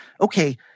okay